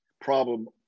problem